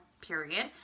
period